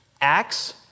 Acts